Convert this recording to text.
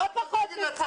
לא פחות ממך.